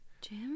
Jim